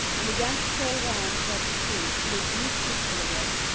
and began to sail round above the pool till it grew peaceful again,